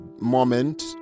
moment